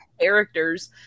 characters